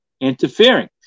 Interfering